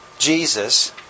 Jesus